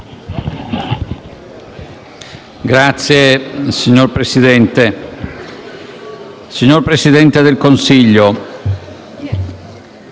Signor Presidente, signor Presidente del Consiglio,